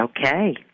Okay